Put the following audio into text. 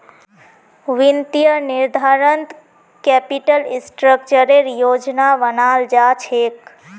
वित्तीय निर्धारणत कैपिटल स्ट्रक्चरेर योजना बनाल जा छेक